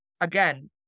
again